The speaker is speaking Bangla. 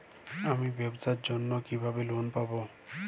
আমি ব্যবসার জন্য কিভাবে লোন পাব?